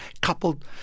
coupled